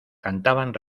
cantaban